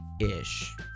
Ish